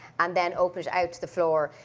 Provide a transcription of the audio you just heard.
and then open it out to the floor.